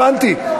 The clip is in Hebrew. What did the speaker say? הבנתי.